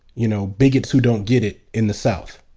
you know, bigots who don't get it in the south.